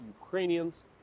Ukrainians